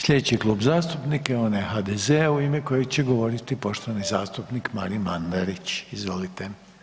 Slijedeći Klub zastupnika je onaj HDZ-a u ime kojeg će govoriti poštovani zastupnik Marin Mandarić, izvolite.